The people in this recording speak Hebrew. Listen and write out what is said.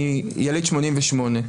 אני יליד 1988,